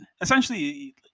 Essentially